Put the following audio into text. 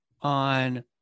on